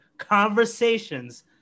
conversations